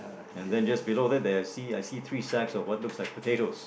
and then just below that there see I see three sacks of what looks like potato